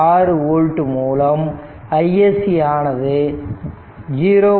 6 old மூலம் iSC ஆனது 0